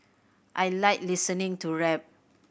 I like listening to rap